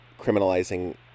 criminalizing